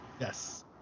Yes